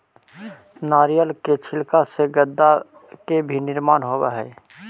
नारियर के छिलका से गद्दा के भी निर्माण होवऽ हई